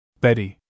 Betty